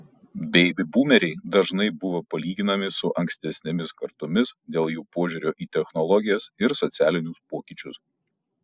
beibi būmeriai dažnai buvo palyginami su ankstesnėmis kartomis dėl jų požiūrio į technologijas ir socialinius pokyčius